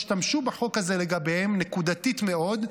השתמשו בחוק הזה לגביהם נקודתית מאוד.